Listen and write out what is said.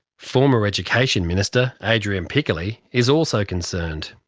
former education minister adrian piccoli is also concerned.